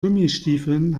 gummistiefeln